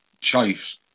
choice